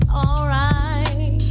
alright